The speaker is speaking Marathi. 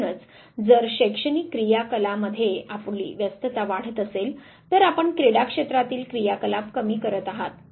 म्हणूनच जर शैक्षणिक क्रिया कला मध्ये आपली व्यस्तता वाढत असेल तर आपण क्रीडा क्षेत्रातील क्रियाकलाप कमी करत आहात